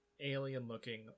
alien-looking